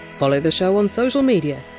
follow the show on social media,